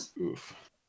Oof